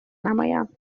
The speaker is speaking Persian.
نمایم